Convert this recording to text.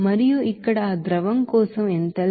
మరియు ఇక్కడ ఆ ద్రవం కోసం ఎంథాల్పీ 22